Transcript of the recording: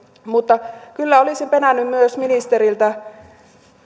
mutta kyllä olisin penännyt myös ministeriltä